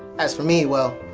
as for me, well,